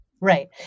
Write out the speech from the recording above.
Right